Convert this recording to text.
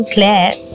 Claire